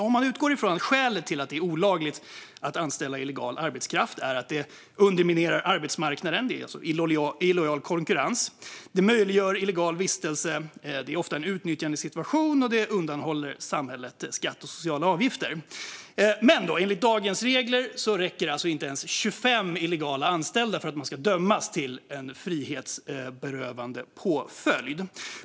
Man kan utgå från att skälen till att det är olagligt att anställa illegal arbetskraft är att det underminerar arbetsmarknaden - det är alltså illojal konkurrens - och att det möjliggör illegal vistelse här. Det är ofta en utnyttjandesituation, och det undanhåller samhället skatt och sociala avgifter. Men enligt dagens regler räcker alltså inte ens 21 illegala anställda för att man ska dömas till en frihetsberövande påföljd.